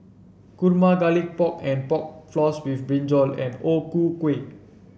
kurma Garlic Pork and Pork Floss with brinjal and O Ku Kueh